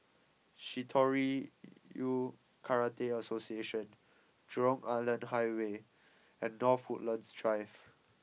Shitoryu Karate Association Jurong Island Highway and North Woodlands Drive